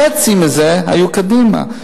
חצי מזה היו קדימה.